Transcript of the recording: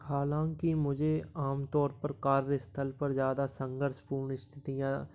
हालाँकि मुझे आमतौर पर कार्यस्थल पर ज़्यादा संघर्षपूर्ण स्थितियाँ